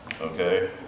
Okay